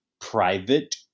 private